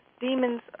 demons